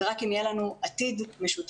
ורק אם יהיה לנו עתיד משותף,